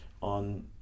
on